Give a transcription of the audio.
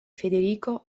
federico